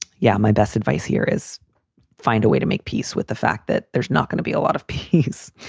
yeah, my best advice here is find a way to make peace with the fact that there's not going to be a lot of peace.